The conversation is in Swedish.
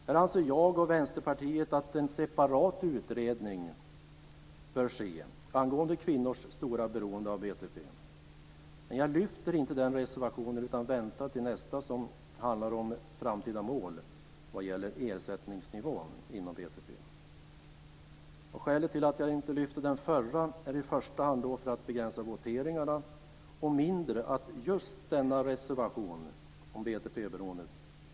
Här anser jag och Vänsterpartiet att en separat utredning bör ske angående kvinnors stora beroende av BTP, men jag lyfter inte den reservationen utan väntar till nästa som handlar om framtida mål när det gäller ersättningsnivån inom BTP. Skälet till att jag inte lyfter den förra är mera att begränsa voteringarna och mindre att just denna reservation om BTP Fru talman!